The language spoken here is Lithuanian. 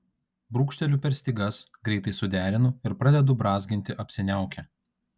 brūkšteliu per stygas greitai suderinu ir pradedu brązginti apsiniaukę